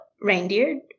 reindeer